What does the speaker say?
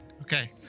Okay